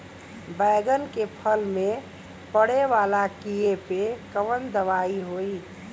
बैगन के फल में पड़े वाला कियेपे कवन दवाई होई?